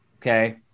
okay